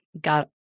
got